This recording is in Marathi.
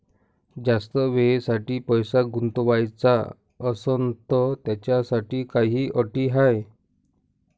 जास्त वेळेसाठी पैसा गुंतवाचा असनं त त्याच्यासाठी काही अटी हाय?